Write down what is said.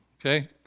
Okay